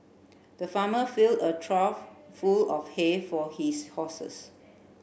the farmer fill a trough full of hay for his horses